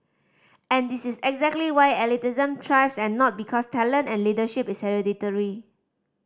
and this is exactly why elitism thrives and not because talent and leadership is hereditary